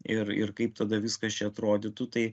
ir ir kaip tada viskas čia atrodytų tai